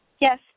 yes